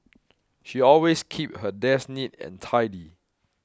she always keeps her desk neat and tidy